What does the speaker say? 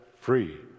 free